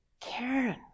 Karen